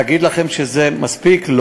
להגיד לכם שזה מספיק?